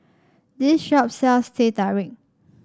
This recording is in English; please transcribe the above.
this shop sells Teh Tarik